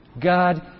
God